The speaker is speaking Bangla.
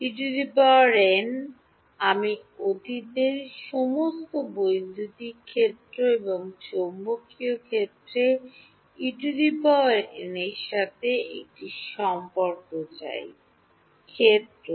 En আমি অতীতের সমস্ত বৈদ্যুতিক ক্ষেত্র এবং চৌম্বকীয় ক্ষেত্রে En এর সাথে একটি সম্পর্ক চাই ক্ষেত্র